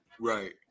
Right